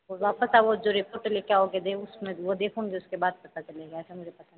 जब वापस आओ जो रिपोर्ट लेके आओगे उसमें वो देखूँगी उसके बाद पता चलेगा ऐसे मुझे पता नहीं